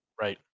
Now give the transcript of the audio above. Right